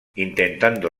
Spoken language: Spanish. intentando